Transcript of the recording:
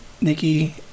Nikki